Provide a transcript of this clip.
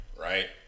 right